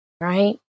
Right